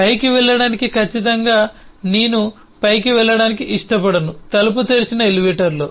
పైకి వెళ్ళడానికి ఖచ్చితంగా నేను పైకి వెళ్లడానికి ఇష్టపడను తలుపు తెరిచిన ఎలివేటర్లో